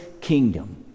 kingdom